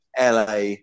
LA